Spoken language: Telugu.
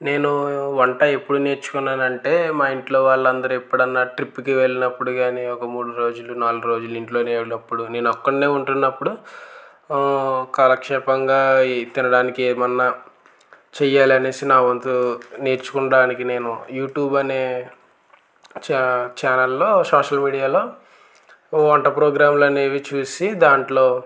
నేను వంట ఎప్పుడు నేర్చుకున్నాను అంటే మా ఇంట్లో వాళ్ళందరు ఎప్పుడన్నా ట్రిప్కి వెళ్ళినప్పుడు కానీ ఒక మూడు రోజులు నాలుగు రోజులు ఇంట్లో లేనప్పుడు నేనొక్కడిని ఉంటున్నప్పుడు కాలక్షేపంగా ఈ తినడానికి ఏమన్నా చేయాలి అని నా వంతు నేర్చుకోవడానికి నేను యూట్యూబ్ అనే ఛా ఛానల్లో సోషల్ మీడియాలో వంట ప్రోగ్రాములు అనేవి చూసి దాంట్లో